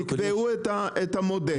תקבעו את המודד,